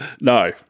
No